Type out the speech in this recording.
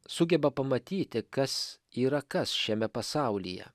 sugeba pamatyti kas yra kas šiame pasaulyje